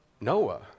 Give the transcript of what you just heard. Noah